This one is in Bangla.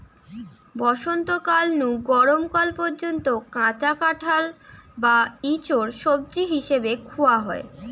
বসন্তকাল নু গরম কাল পর্যন্ত কাঁচা কাঁঠাল বা ইচোড় সবজি হিসাবে খুয়া হয়